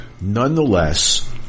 Nonetheless